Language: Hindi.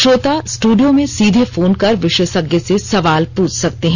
श्रोता स्टूडियो में सीधे फोन कर विशेषज्ञ से सवाल पूछ सकते हैं